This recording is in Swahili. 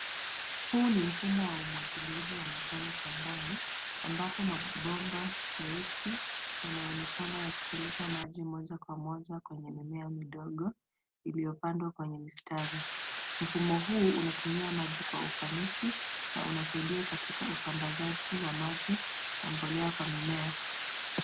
Huu ni mfumo wa umwagiliaji wa matone shambani ambapo mabomba meusi yanaonekana yakipeleka maji moja kwa moja kwenye mimea midogo iliyopandwa kwenye mistari mfumo huu unatumia maji kwa ufanisi na unasaidia katika usambazaji wa maji na mbolea kwa mimea.